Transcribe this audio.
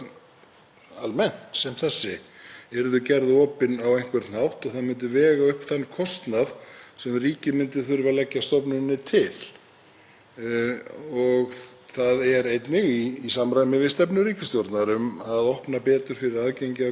Það er einnig í samræmi við stefnu ríkisstjórnarinnar um að opna betur fyrir aðgengi að gögnum og efla þannig nýsköpun. Við vitum ekki hvað einhverjir aðilar þarna úti gætu gert við þessi gögn hefðu þeir aðgang að þeim.